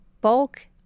bulk